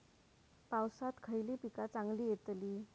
पावसात खयली पीका चांगली येतली?